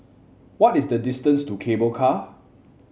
what is the distance to Cable Car